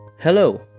Hello